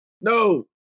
no